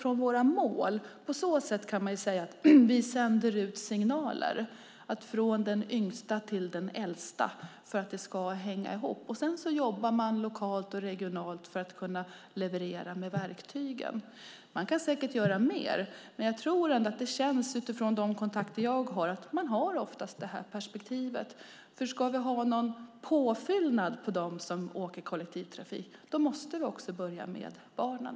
På så sätt kan man säga att vi sänder ut signalen att det ska hänga ihop från den yngsta till den äldsta. Man jobbar sedan lokalt och regionalt för att leverera verktygen. Man kan säkert göra mer. Genom de kontakter jag har känns det som om man har det perspektivet. Om vi ska ha påfyllnad av kollektivtrafikresenärer måste vi börja med barnen.